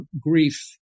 grief